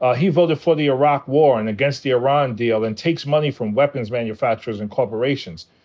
ah he voted for the iraq war and against the iran deal and takes money from weapons manufacturers and corporations.